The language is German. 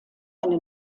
eine